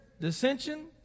dissension